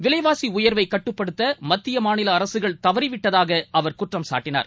விலைவாசிஉயர்வைகட்டுப்படுத்தமத்திய மாநிலஅரசுகள் தவறிவிட்டதாகஅவர் குற்றம் சாட்டினார்